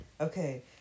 Okay